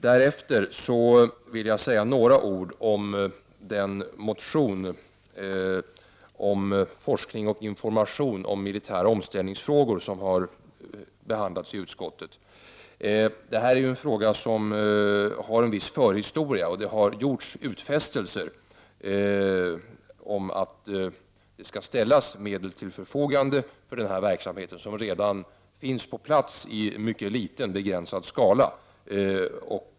Den andra fråga som jag vill säga några ord om gäller en motion om forsk ning och information om militära omställningsfrågor som har behandlats i Prot. 1989/90:101 utskottet. Detta är en fråga som har en viss förhistoria, och det har gjorts 5 april 1990 utfästelser om att det skall ställas medel till förfogande för denna verksamhet, som redan finns på plats i mycket begränsad skala.